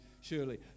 surely